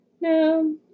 No